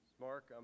Mark